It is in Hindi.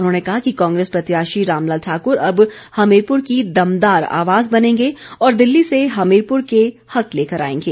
उन्होंने कहा कि कांग्रेस प्रत्याशी रामलाल ठाक्र अब हमीरपुर की दमदार आवाज बनेंगे और दिल्ली से हमीरपुर के हक लेकर आएंगे